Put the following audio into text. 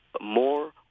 more